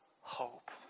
hope